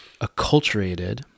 acculturated –